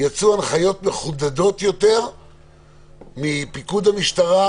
יצאו הנחיות מחודדות יותר מפיקוד המשטרה